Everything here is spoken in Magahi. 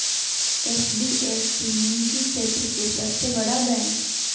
एच.डी.एफ सी निजी क्षेत्र के सबसे बड़ा बैंक हय